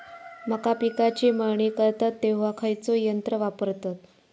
मका पिकाची मळणी करतत तेव्हा खैयचो यंत्र वापरतत?